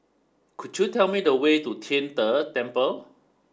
could you tell me the way to Tian De Temple